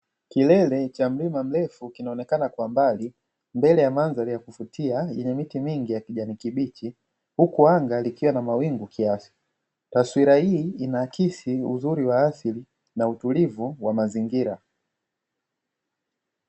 Kilele cha mlima mrefu, kinaonekana kwa mbali mbele ya mandhari ya kuvutia yenye miti mingi ya kijani kibichi, huku anga likiwa na mawingu kiasi. Taswira hii inaakisi uzuri wa asili na utulivu wa mazingira.